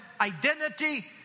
identity